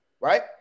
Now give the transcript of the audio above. right